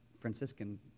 Franciscan